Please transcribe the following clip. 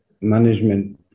management